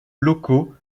locaux